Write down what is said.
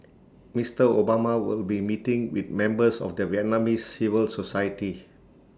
Mister Obama will be meeting with members of the Vietnamese civil society